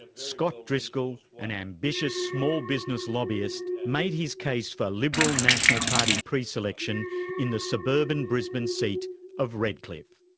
scott driscoll, an ambitious small business lobbyist, made his case for liberal national party preselection in the suburban brisbane seat of redcliffe.